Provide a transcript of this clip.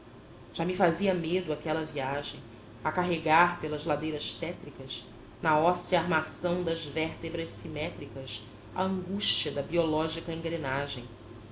já me fazia medo aquela viagem a carregar pelas ladeiras tétricas na óssea armação das vértebras simétricas a angústia da biológica engrenagem